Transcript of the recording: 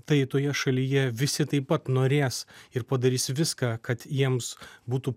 tai toje šalyje visi taip pat norės ir padarys viską kad jiems būtų